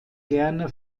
gerne